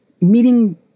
meeting